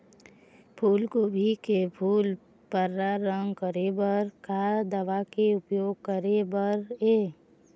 फूलगोभी के फूल पर्रा रंग करे बर का दवा के उपयोग करे बर ये?